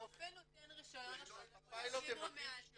הרופא נותן רישיון --- אין לו מושג מה זה.